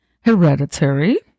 Hereditary